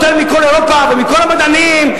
יותר מכל אירופה ומכל המדענים,